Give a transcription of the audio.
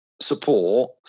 support